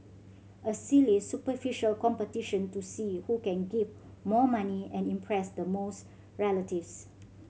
a silly superficial competition to see who can give more money and impress the most relatives